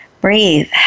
breathe